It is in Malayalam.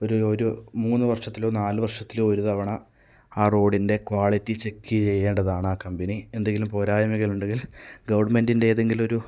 ഒരു ഒരു മൂന്നുവർഷത്തിലോ നാല് വർഷത്തിലോ ഒരു തവണ ആ റോഡിന്റെ ക്വാളിറ്റി ചെക്ക് ചെയ്യേണ്ടതാണ് ആ കമ്പനി എന്തെങ്കിലും പോരായ്മകൾ ഉണ്ടെങ്കിൽ ഗവൺമെന്റിന്റെ ഏതെങ്കിലൊരു